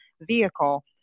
vehicle